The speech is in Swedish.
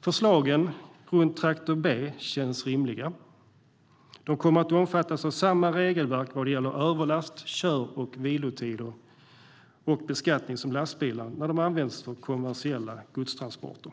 Förslagen för traktor b känns rimliga. Traktor b kommer att omfattas av samma regelverk vad gäller överlast, kör och vilotider och beskattning som lastbilar när de används för kommersiella godstransporter.